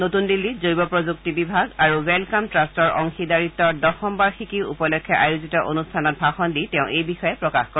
নতুন দিল্লীত জৈৱ প্ৰযুক্তি বিভাগ আৰু ৱেলকাম ট্ৰাষ্টৰ অংশীদাৰিত্বৰ দশম বাৰ্ষিকী উপলক্ষে আয়োজিত অনুষ্ঠানত ভাষণ দি তেওঁ এই বিষয়ে প্ৰকাশ কৰে